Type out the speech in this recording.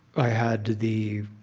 i had the,